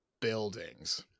buildings